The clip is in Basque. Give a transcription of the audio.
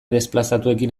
desplazatuekin